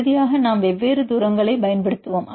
இறுதியாக நாம் வெவ்வேறு தூரங்களைப் பயன்படுத்துவோம்